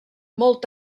molt